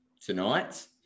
tonight